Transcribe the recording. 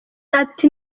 ati